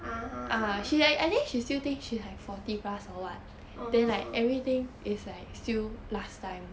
ah orh